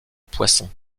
poisson